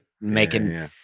Making-